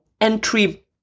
entry